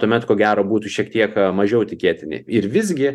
tuomet ko gero būtų šiek tiek a mažiau tikėtini ir visgi